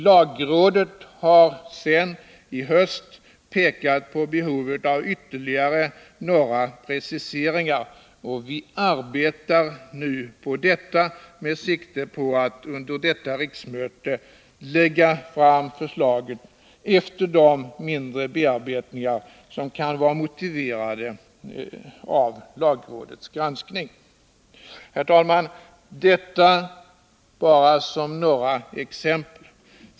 Lagrådet har sedan i höst pekat på behov av ytterligare några preciseringar, och vi arbetar nu med detta med sikte på att vid detta riksmöte lägga fram förslagen efter de mindre bearbetningar som kan vara motiverade av lagrådets granskning. Herr talman! Jag har anfört detta bara som några exempel.